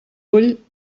ull